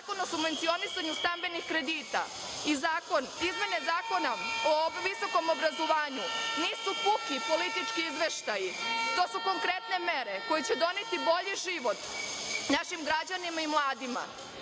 o subvencionisanju stambenih kredita i izmene Zakona o visokom obrazovanju nisu puki politički izveštaji. To su konkretne mere koje će doneti bolji život našim građanima i mladima.